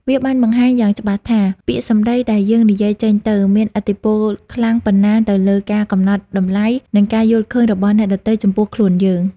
វាបានបង្ហាញយ៉ាងច្បាស់ថា ពាក្យសម្ដីដែលយើងនិយាយចេញទៅ មានឥទ្ធិពលខ្លាំងប៉ុណ្ណាទៅលើការកំណត់តម្លៃ និងការយល់ឃើញរបស់អ្នកដទៃចំពោះខ្លួនយើង។